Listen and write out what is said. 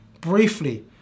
briefly